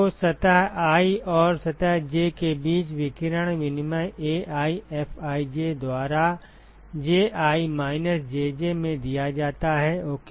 तो सतह i और सतह j के बीच विकिरण विनिमय AiFij द्वारा Ji माइनस Jj में दिया जाता है ओके